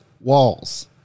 walls